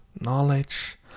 knowledge